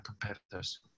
competitors